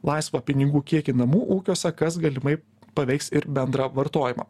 laisvą pinigų kiekį namų ūkiuose kas galimai paveiks ir bendrą vartojimą